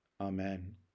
amen